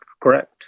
correct